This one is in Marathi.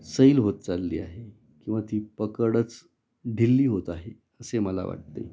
सैल होत चालली आहे किंवा ती पकडच ढिली होत आहे असे मला वाटते